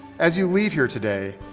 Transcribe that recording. as you leave here today,